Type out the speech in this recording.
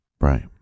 Right